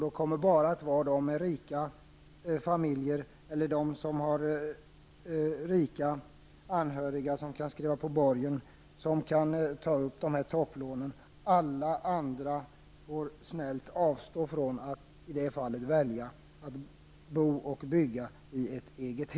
Det blir bara rika familjer eller personer med rika anhöriga som kan skriva på borgen som kommer att kunna ta topplån. Alla andra får snällt avstå från att bo i eget hem och bygga ett sådant.